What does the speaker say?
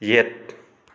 ꯌꯦꯠ